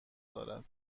دارد